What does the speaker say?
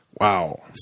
Wow